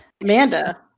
Amanda